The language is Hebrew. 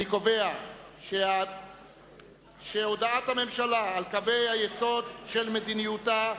אני קובע שהודעת הממשלה על קווי היסוד של מדיניותה,